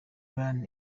bryan